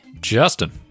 Justin